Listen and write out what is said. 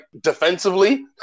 defensively